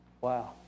Wow